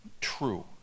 true